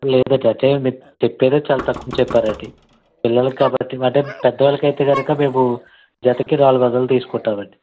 లేదండి అంటే నేను చెప్పేదే చాలా తక్కువ చెప్పానండి పిల్లలకి కాబట్టి మేడం పెద్దవాళ్ళకి అయితే కనుక మేము జతకి నాలుగు వందలు తీసుకుంటామండి